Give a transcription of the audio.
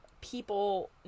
people